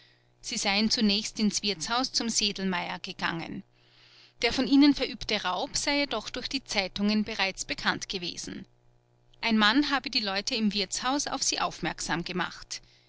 sie seien zunächst ins wirtshaus zum sedlmeyer gegangen der von ihnen verübte raub sei jedoch durch die zeitungen bereits bekannt gewesen ein mann habe die leute im wirtshaus auf sie aufmerksam gemacht